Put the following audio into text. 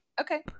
okay